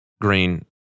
green